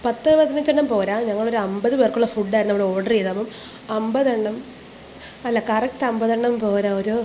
പത്ത് പതിനഞ്ച് എണ്ണം പോരാ ഞങ്ങളൊരു അമ്പത് പേര്ക്കുള്ള ഫുഡാ നമ്മള് ഓര്ഡർ ചെയ്തത് അപ്പം അമ്പത് എണ്ണം അല്ല കറക്റ്റ് അമ്പത് എണ്ണം പോരാ ഒരു